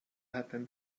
happened